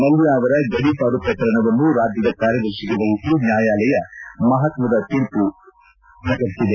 ಮಲ್ಲ ಅವರ ಗಡಿ ಪಾರು ಪ್ರಕರಣವನ್ನು ರಾಜ್ಲದ ಕಾರ್ಯದರ್ತಿಗೆ ವಹಿಸಿ ನ್ನಾಯಾಲಯ ಮಪತ್ತದ ತೀಡಿದೆ